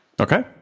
Okay